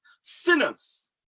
sinners